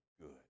good